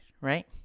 right